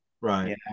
right